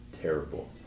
terrible